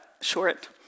short